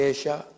Asia